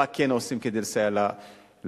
מה כן עושים כדי לסייע לחלשים?